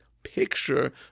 picture